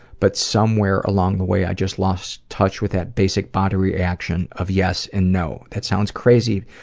but somewhere along the way, i just lost touch with that basic body reaction of yes and no. that sounds crazy,